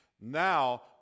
Now